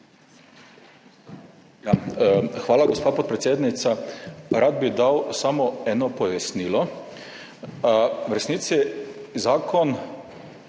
Hvala, gospa podpredsednica. Rad bi dal samo eno pojasnilo. V resnici je zakon